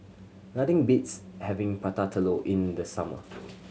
nothing beats having Prata Telur in the summer